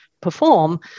perform